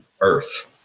earth